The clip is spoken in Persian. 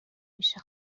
میشه